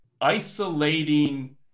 isolating